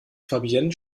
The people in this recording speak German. fabienne